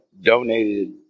donated